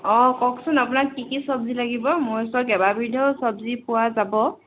অঁ কওকচোন আপোনাক কি কি চবজি লাগিব মোৰ ওচৰত কেবাবিধৰো চবজি পোৱা যাব